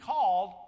called